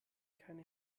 keine